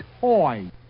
Toy